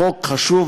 חוק חשוב,